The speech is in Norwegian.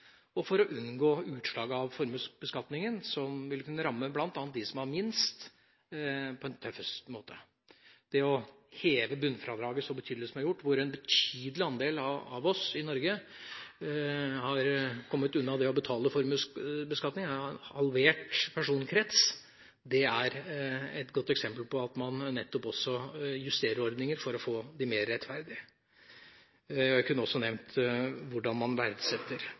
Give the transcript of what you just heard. og for å unngå utslag av formuesbeskatningen som ville kunne ramme bl.a. dem som har minst, på en tøff måte. Det å heve bunnfradraget så betydelig som vi har gjort, der en betydelig andel av oss i Norge har kommet unna det å betale formuesskatt, en halvert personkrets, er et godt eksempel på at man justerer ordninger for å få dem mer rettferdige. Jeg kunne også nevnt hvordan man verdsetter.